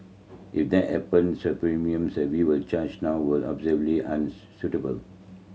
if that happen the premiums that we charge now will obviously